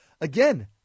again